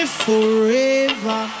forever